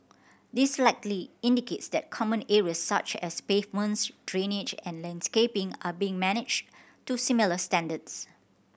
this likely indicates that common areas such as pavements drainage and landscaping are being managed to similar standards